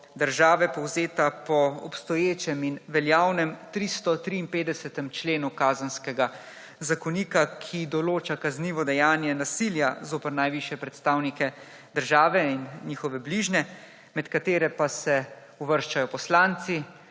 države povzeta po obstoječem in veljavnem 353. členu Kazenskega zakonika, ki določa kaznivo dejanje nasilja zoper najvišje predstavnike države in njihove bližnje, med katere pa se uvrščajo poslanci,